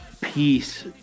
peace